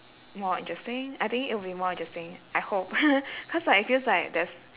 more interesting I think it would be more interesting I hope because like it feels like there's